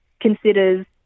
considers